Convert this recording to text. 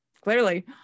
Clearly